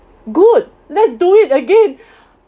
good let's do it again